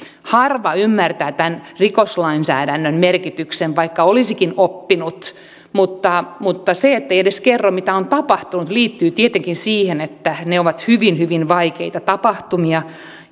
harva ymmärtää tämän rikoslainsäädännön merkityksen vaikka olisikin oppinut mutta mutta se että ei edes kerro mitä on tapahtunut liittyy tietenkin siihen että ne ovat hyvin hyvin vaikeita tapahtumia